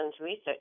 research